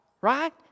right